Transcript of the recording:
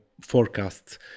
forecasts